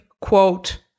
quote